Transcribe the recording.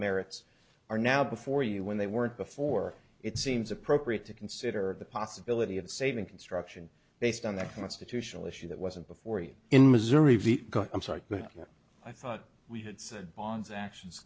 merits are now before you when they weren't before it seems appropriate to consider the possibility of saving construction based on that constitutional issue that wasn't before you in missouri v i'm sorry i thought we had said bonds actions